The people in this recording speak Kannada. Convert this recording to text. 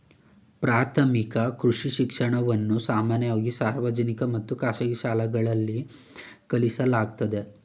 ಪ್ರಾಥಮಿಕ ಕೃಷಿ ಶಿಕ್ಷಣವನ್ನ ಸಾಮಾನ್ಯವಾಗಿ ಸಾರ್ವಜನಿಕ ಮತ್ತು ಖಾಸಗಿ ಶಾಲೆಗಳಲ್ಲಿ ಕಲಿಸಲಾಗ್ತದೆ